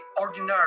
ordinary